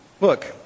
Look